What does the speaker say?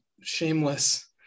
shameless